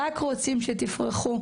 רק רוצים שתפרחו.